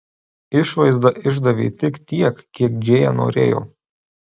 išvaizda išdavė tik tiek kiek džėja norėjo